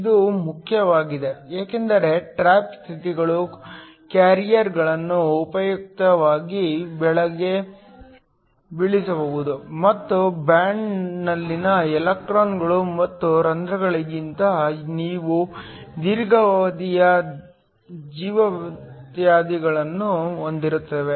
ಇದು ಮುಖ್ಯವಾಗಿದೆ ಏಕೆಂದರೆ ಟ್ರಾಪ್ ಸ್ಥಿತಿಗಳು ಕ್ಯಾರಿಯರ್ಗಳನ್ನು ಉಪಯುಕ್ತವಾಗಿ ಬಲೆಗೆ ಬೀಳಿಸಬಹುದು ಮತ್ತು ಬ್ಯಾಂಡ್ನಲ್ಲಿನ ಎಲೆಕ್ಟ್ರಾನ್ಗಳು ಮತ್ತು ರಂಧ್ರಗಳಿಗಿಂತ ಇವು ದೀರ್ಘಾವಧಿಯ ಜೀವಿತಾವಧಿಯನ್ನು ಹೊಂದಿರುತ್ತವೆ